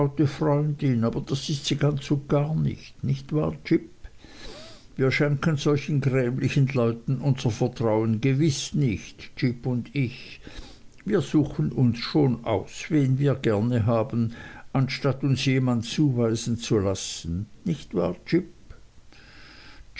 aber das ist sie ganz und gar nicht nicht wahr jip wir schenken solchen grämlichen leuten unser vertrauen gewiß nicht jip und ich wir suchen uns schon aus wen wir gerne haben anstatt uns jemand zuweisen zu lassen nicht wahr